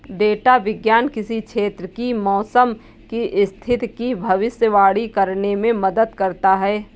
data विज्ञान किसी क्षेत्र की मौसम की स्थिति की भविष्यवाणी करने में मदद करता है